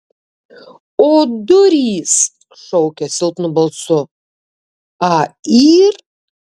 o durys šaukiu silpnu balsu a yr